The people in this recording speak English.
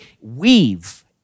weave